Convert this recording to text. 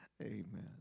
Amen